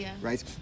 right